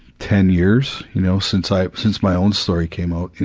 ten years, you know, since i since my own story came out. you